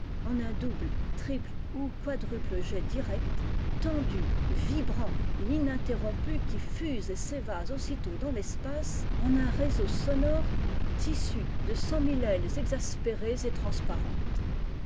en un double triple ou quadruple jet direct tendu vibrant et ininterrompu qui fuse et s'évase aussitôt dans l'espace en un réseau sonore tissu de cent mille ailes exaspérées et transparentes